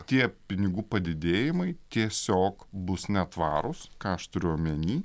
tie pinigų padidėjimai tiesiog bus netvarūs ką aš turiu omeny